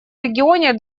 регионе